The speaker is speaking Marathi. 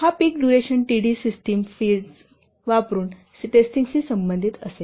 हा peak duration T D system testing phase वापरुन टेस्टिंग शी संबंधित असेल